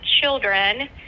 children